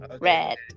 Red